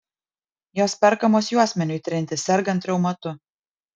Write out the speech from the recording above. jos perkamos juosmeniui trinti sergant reumatu